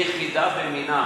היא יחידה במינה.